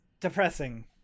depressing